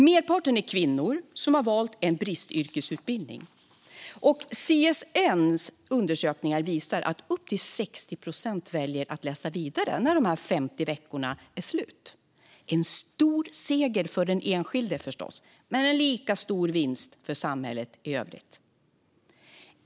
Merparten är kvinnor som har valt en bristyrkesutbildning. CSN:s undersökningar visar att upp till 60 procent väljer att läsa vidare när de 50 veckorna är slut. Det är en stor seger för den enskilde, förstås, men det är en lika stor vinst för samhället i övrigt.